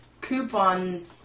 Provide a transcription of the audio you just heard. coupon